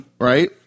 right